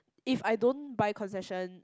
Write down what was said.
if I don't buy concession